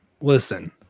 Listen